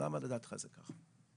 למה לדעתך זה ככה?